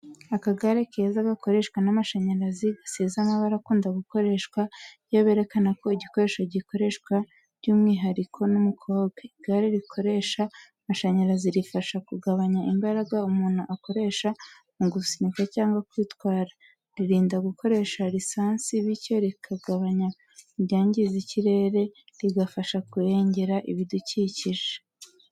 Akagare keza gakoreshwa n'amashanyarazi gasize amabara akunda gukoreshwa iyo berekana ko igikoresho gikoreshwa by'umwihariko n'umukobwa. Igare rikoresha amashanyarazi rifasha kugabanya imbaraga umuntu akoresha mu gusunika cyangwa kuritwara. Ririnda gukoresha lisansi, bityo rikagabanya ibyangiza ikirere, rigafasha kurengera ibidukikije.